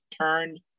turned